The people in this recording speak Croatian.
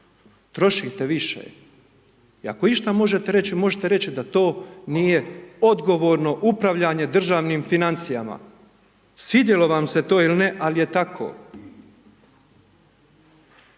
Trošite više, i ako išta možete reći, možete reći, da to nije odgovorno upravljanje državnim financijama. Svidjelo vam se to ili ne, ali je tako.